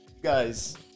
guys